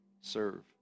serve